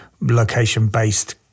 location-based